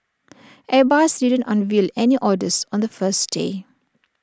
airbus didn't unveil any orders on the first day